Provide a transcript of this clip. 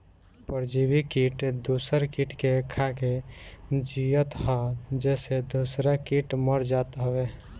परजीवी किट दूसर किट के खाके जियत हअ जेसे दूसरा किट मर जात हवे